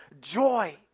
Joy